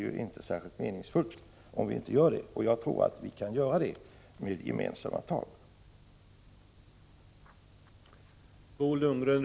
Jag tror också att det kan lyckas med gemensamma ansträngningar.